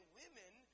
women